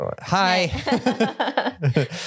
Hi